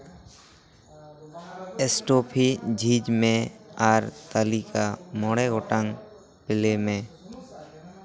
ᱮᱥᱴᱳᱯᱷᱤ ᱡᱷᱤᱡ ᱢᱮ ᱟᱨ ᱛᱟᱹᱞᱤᱠᱟ ᱢᱚᱬᱮ ᱜᱚᱴᱟᱝ ᱯᱮᱞᱮᱢᱮ